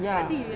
ya